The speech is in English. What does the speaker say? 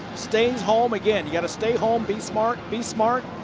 stays home. again, you have to stay home, be smart, be smart.